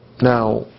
Now